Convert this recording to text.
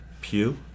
Pew